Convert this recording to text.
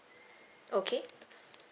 okay